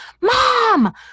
mom